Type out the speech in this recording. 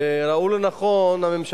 תקשיבו לאנשים